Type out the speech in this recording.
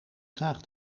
graag